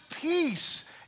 peace